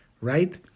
Right